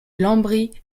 lambris